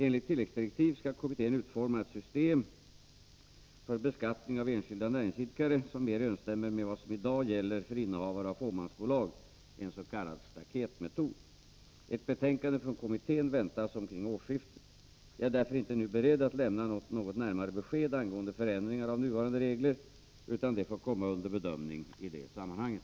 Enligt tilläggsdirektiv skall kommittén utforma ett system för beskattning av enskilda näringsidkare som mer överensstämmer med vad som i dag gäller för innehavare av fåmansbolag, en s.k. staketmetod. Ett betänkande från kommittén väntas omkring årsskiftet. Jag är därför inte nu beredd att lämna något närmare besked angående förändringar av nuvarande regler, utan detta får komma under bedömning i det sammanhanget.